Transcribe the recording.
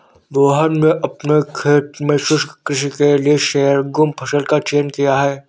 मोहन ने अपने खेत में शुष्क कृषि के लिए शोरगुम फसल का चयन किया है